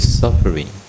suffering